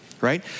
right